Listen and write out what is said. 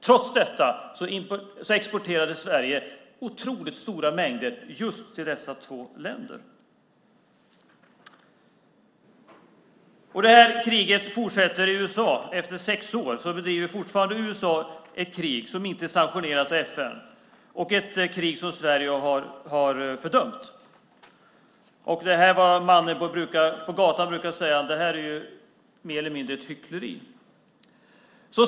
Trots detta exporterade Sverige otroligt stora mängder just till dessa två länder. USA:s krig fortsätter. Efter sex år bedriver USA fortfarande ett krig som inte är sanktionerat av FN och ett krig som Sverige har fördömt. Det här är vad mannen på gatan skulle kalla för hyckleri, mer eller mindre.